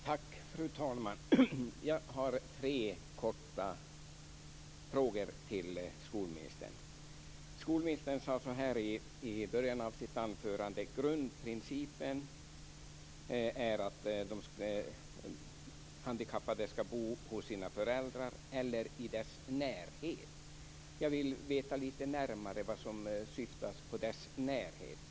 Fru talman! Jag har tre korta frågor till skolministern. Skolministern sade i början av sitt anförande att grundprincipen är att de handikappade ska bo hos sina föräldrar eller i deras närhet. Jag vill veta lite närmare vad som åsyftas med "närhet".